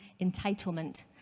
entitlement